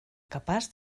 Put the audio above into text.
capaç